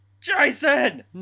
Jason